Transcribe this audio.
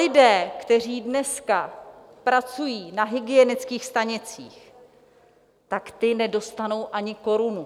Lidé, kteří dneska pracují na hygienických stanicích, tak ti nedostanou ani korunu.